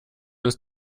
ist